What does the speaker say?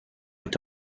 est